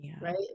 right